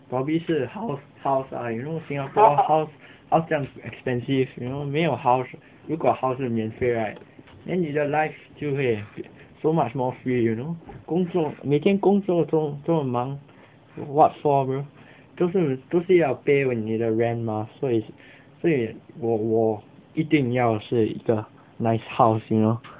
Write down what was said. probably 是 house house lah you know singapore house house 酱 expensive you know 没有 house 如果 house 是免费 right then 你的 life 就会 so much more free you know 工作每天工作都很忙 what for bro 都是都是要 pay when 你的 rent mah 所以所以我我一定要是一个 nice house you know